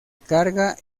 carga